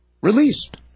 Released